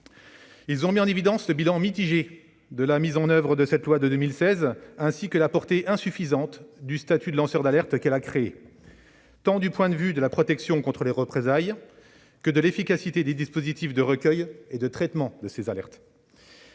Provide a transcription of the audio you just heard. Ils ont mis en évidence le bilan mitigé de la mise en oeuvre de cette loi de 2016, ainsi que la portée insuffisante du statut de lanceur d'alerte qu'elle a créé, tant du point de vue de la protection contre les représailles que de l'efficacité des dispositifs de recueil et de traitement des alertes.